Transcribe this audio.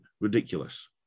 ridiculous